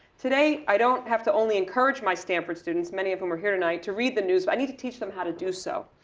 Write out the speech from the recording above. today i don't have to only encourage my stanford students, many of whom are here tonight, to read the news. i need to teach them how to do so.